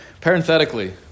Parenthetically